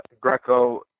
Greco